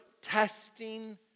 testing